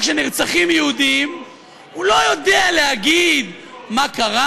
כשנרצחים יהודים הוא לא יודע להגיד מה קרה,